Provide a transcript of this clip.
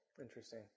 Interesting